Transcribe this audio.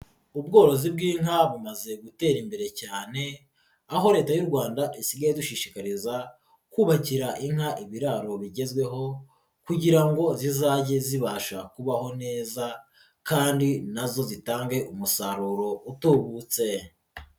Ubworozi bw'inka bumaze gutera imbere cyane aho Leta y'u Rwanda isigaye idushishikariza kubakira inka ibiraro bigezweho kugira ngo zizajye zibasha kubaho neza kandi na zo zitange umusaruro utubutse.